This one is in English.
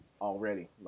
Already